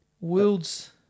World's